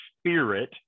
Spirit